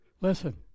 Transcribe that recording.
Listen